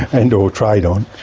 and or trade on.